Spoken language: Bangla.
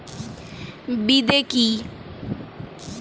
বিদে কি?